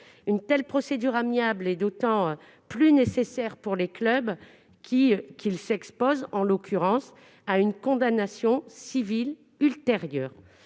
Une telle procédure amiable est d'autant plus nécessaire pour les clubs qu'ils s'exposent, en l'occurrence, à une condamnation ultérieure